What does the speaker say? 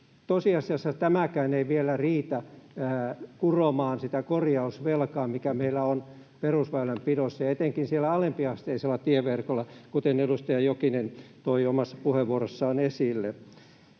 tosiasiassa tämäkään ei vielä riitä kuromaan sitä korjausvelkaa, mikä meillä on perusväylänpidossa ja etenkin siellä alempiasteisella tieverkolla, kuten edustaja Jokinen toi omassa puheenvuorossaan esille.